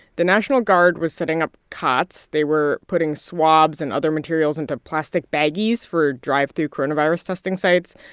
the national guard was setting up cots. they were putting swabs and other materials into plastic baggies for drive-through coronavirus testing sites.